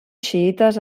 xiïtes